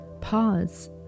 Pause